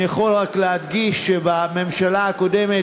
אני יכול רק להדגיש שבממשלה הקודמת,